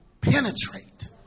penetrate